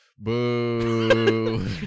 Boo